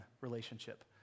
relationship